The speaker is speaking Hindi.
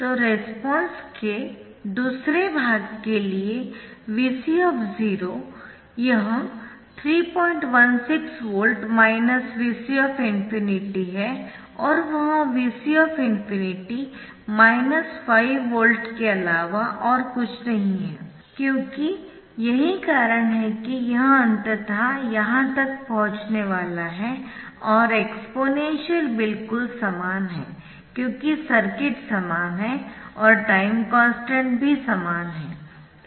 तो रेस्पॉन्स के दूसरे भाग के लिए Vc 316 V Vc ∞ है और वह Vc ∞ माइनस 5 वोल्ट के अलावा और कुछ नहीं है क्योंकि यही कारण है कि यह अंततः यहाँ तक पहुंचने वाला है और एक्सपोनेंशियल बिल्कुल समान है क्योंकि सर्किट समान है और टाइम कॉन्स्टन्ट भी समान है